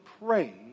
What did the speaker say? pray